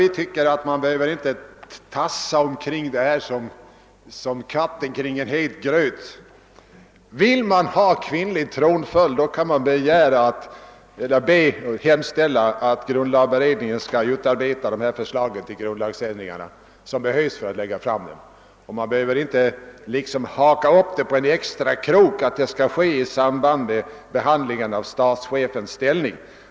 Jag tycker inte att man i denna fråga behöver tassa omkring som katten kring het gröt. Vill man ha kvinnlig tronföljd, kan man direkt hemställa att grundlagberedningen skall utarbeta de förslag till grundlagsändringar som krävs för detta. Man behöver inte gå den omväg som det innebär att ta upp kravet i samband med behandlingen av frågan om statschefens ställning.